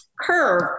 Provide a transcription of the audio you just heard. curve